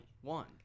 One